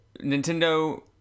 Nintendo